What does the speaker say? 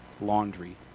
laundry